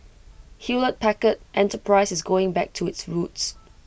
Hewlett Packard enterprise is going back to its roots